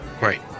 Right